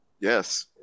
yes